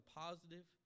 positive